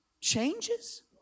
changes